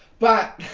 but